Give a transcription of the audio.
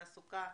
תעסוקה,